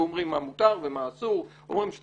הם אומרים מה מותר ומה אסור,